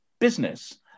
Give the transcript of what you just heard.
business